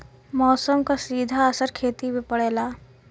मौसम क सीधा असर खेती पे पड़ेला